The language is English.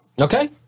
Okay